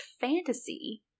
fantasy